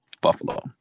Buffalo